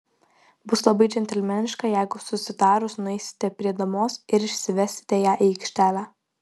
bus labai džentelmeniška jeigu susitarus nueisite prie damos ir išsivesite ją į aikštelę